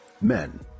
Men